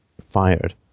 fired